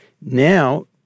Now